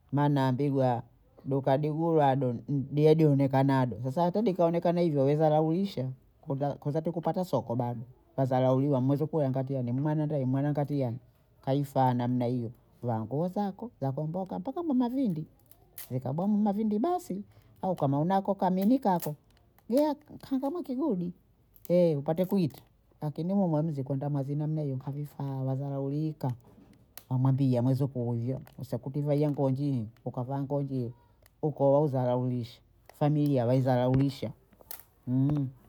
Maana ambigwa dukadiguya adoni di- die diodekanado, sasa hata dikionekana hivyo wezadhaulisha koza koza hata kupata soko bado, wadharauliwa mwezuku yankatiani mwanendei mwanankatia kaifa namna hiyo wangu, wo zako zakumboka mpaka mna vindi, wekabwa mma vindi basi, au kama unako Kamini kako, gea kankama kigudi upate kuita lakini we mwemzi kwenda mwazini hamna hiyo kavifaa wadharaulika, wamwambia mwezukuu huyo, wesekutivo wengonjii ukavaa ngonjii ukoo waudharaulisha, familia waidharaulisha